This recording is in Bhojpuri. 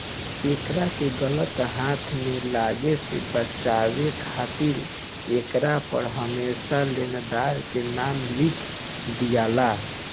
एकरा के गलत हाथ में लागे से बचावे खातिर एकरा पर हरमेशा लेनदार के नाम लिख दियाला